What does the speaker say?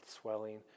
swelling